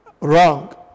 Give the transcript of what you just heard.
wrong